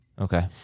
Okay